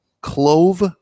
clove